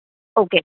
okay